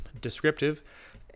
descriptive